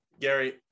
Gary